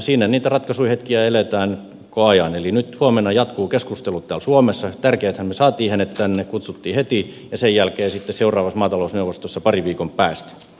siinä niitä ratkaisun hetkiä eletään koko ajan eli nyt huomenna jatkuvat keskustelut täällä suomessa on tärkeätä että me saimme hänet tänne kutsuttiin heti ja sen jälkeen sitten seuraavassa maatalousneuvostossa parin viikon päästä